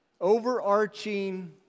overarching